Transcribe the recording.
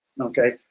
Okay